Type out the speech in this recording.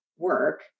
work